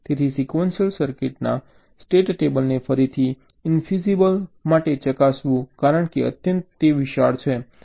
તેથી સિક્વન્શિયલ સર્કિટના સ્ટેટ ટેબલને ફરીથી ઇન્ફીઝિબલ માટે ચકાસવું કારણ કે અત્યંત વિશાળ છે